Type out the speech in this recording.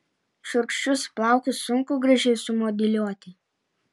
šiurkščius plaukus sunku gražiai sumodeliuoti